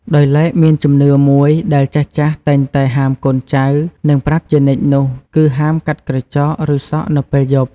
ដោយឡែកមានជំនឿមួយដែលចាស់ៗតែងតែហាមកូនចៅ និងប្រាប់ជានិច្ចនោះគឺ ហាមកាត់ក្រចក ឬសក់នៅពេលយប់។